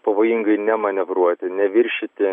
pavojingai nemanevruoti neviršyti